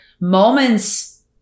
moments